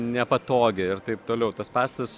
nepatogi ir taip toliau tas pastatas